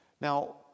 Now